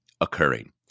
occurring